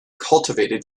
cultivated